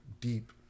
deep